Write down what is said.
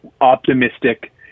optimistic